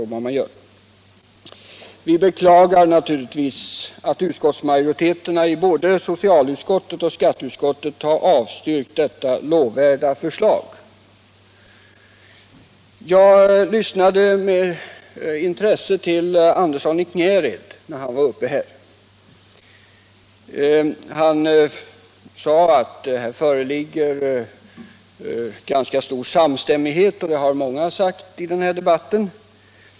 Vi beklagar att utskottsmajoriteterna i socialoch skatteutskotten avstyrkte detta lovvärda förslag. Jag lyssnade med intresse till herr Andersson i Knäred när han var uppe i talarstolen. Han sade att här föreligger en ganska stor samstämmighet, och det har många sagt i den här debatten.